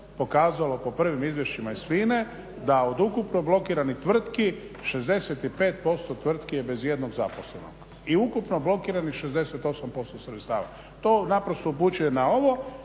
pokazalo po prvim izvješćima iz FINA-e da od ukupno blokiranih tvrtki 65% tvrtki je bez ijednog zaposlenog. I ukupno blokiranih 68% sredstava. To naprosto upućuje na ovo.